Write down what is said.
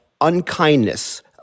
unkindness